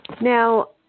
Now